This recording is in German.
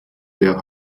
der